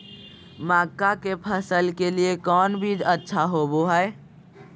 मक्का के फसल के लिए कौन बीज अच्छा होबो हाय?